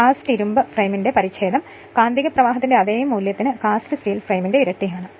cast ഇരുമ്പ് ഫ്രെയിമിന്റെ പരിച്ഛേദം കാന്തിക പ്രവാഹത്തിന്റെ അതേ മൂല്യത്തിന് കാസ്റ്റ് സ്റ്റീൽ ഫ്രെയിമിന്റെ ഇരട്ടിയാണ്